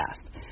past